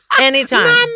Anytime